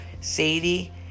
Sadie